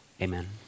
Amen